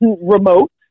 remote